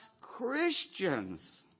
Christians